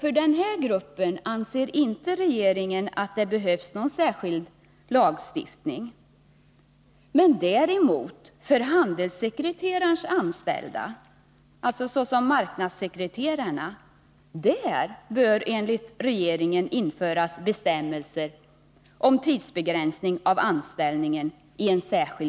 För denna grupp anser inte regeringen att det behövs någon särskild lagstiftning men däremot för handelssekreterarens anställda, t.ex. marknadssekreterarna. För dem bör enligt regeringen införas bestämmelser i en särskild lag om tidsbegränsning av anställningen.